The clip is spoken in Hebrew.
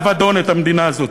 ולאבדון, את המדינה הזאת.